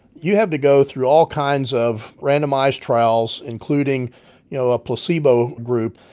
you have to go through all kinds of randomized trials, including, you know, a placebo group,